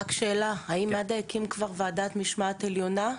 שאלה: האם מד"א הקים כבר ועדת משמעת עליונה?